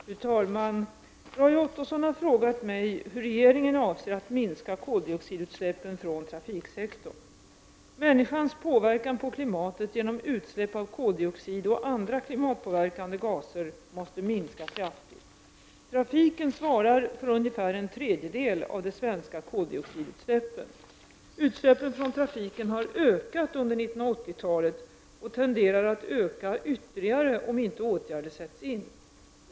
Fru talman! Roy Ottosson har frågat mig hur regeringen avser att minska koldioxidutsläppen från trafiksektorn. Människans påverkan på klimatet genom utsläpp av koldioxid och andra klimatpåverkande gaser måste minska kraftigt. Trafiken svarar för ungefär en tredjedel av de svenska koldioxidutsläppen. Utsläppen från trafiken har ökat under 1980-talet och tenderar att öka ytterligare om inte åtgärder sätts in.